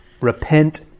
repent